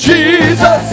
Jesus